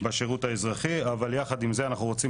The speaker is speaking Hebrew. בשירות האזרחי אבל יחד עם זה אנחנו רוצים